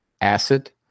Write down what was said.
acid